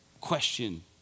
question